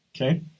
Okay